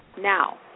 now